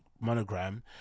monogram